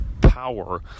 power